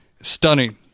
Stunning